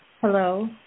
Hello